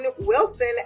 Wilson